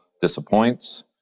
disappoints